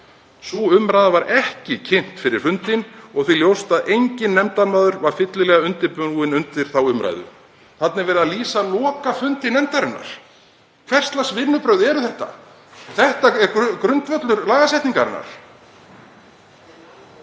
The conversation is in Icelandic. Sú umræða var ekki kynnt fyrir fundinn og því ljóst að enginn nefndarmaður var fyllilega undirbúinn undir þá umræðu.“ Þarna er verið að lýsa lokafundi nefndarinnar. Hvers lags vinnubrögð eru þetta? Þetta er grundvöllur lagasetningarinnar.